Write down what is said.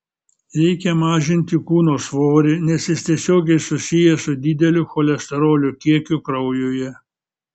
reikia mažinti kūno svorį nes jis tiesiogiai susijęs su dideliu cholesterolio kiekiu kraujuje